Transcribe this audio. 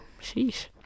sheesh